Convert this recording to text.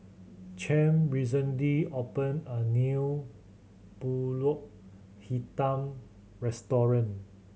Champ recently opened a new Pulut Hitam restaurant